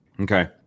Okay